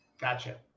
Gotcha